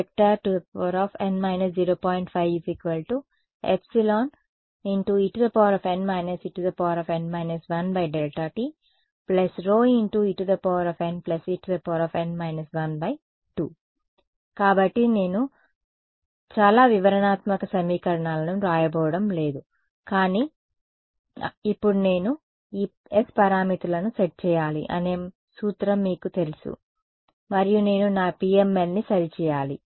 5 En En−1Δt En En−12 కాబట్టి నేను చాలా వివరణాత్మక సమీకరణాలను వ్రాయబోవడం లేదు కానీ ఇప్పుడు నేను ఈ s పారామితులను సెట్ చేయాలి అనే సూత్రం మీకు తెలుసు మరియు నేను నా PML ని సరిచేయాలి